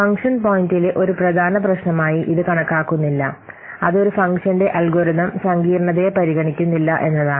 function പോയിന്റിലെ ഒരു പ്രധാന പ്രശ്നമായി ഇത് കണക്കാക്കുന്നില്ല അത് ഒരു ഫംഗ്ഷന്റെ അൽഗോരിതം സങ്കീർണ്ണതയെ പരിഗണിക്കുന്നില്ല എന്നതാണ്